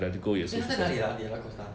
eh 他在哪里 ah diego costa